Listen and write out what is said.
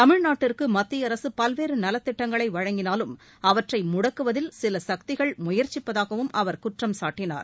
தமிழ்நாட்டிற்கு மத்திய அரசு பல்வேறு நலத்திட்டங்களை வழங்கினாலும் அவற்றை முடக்குவதில் சில சக்திகள் முயற்சிப்பதாகவும் அவர் குற்றம் சாட்டினார்